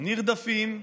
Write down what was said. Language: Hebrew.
נרדפים,